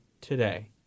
today